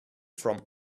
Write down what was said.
from